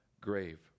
grave